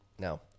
No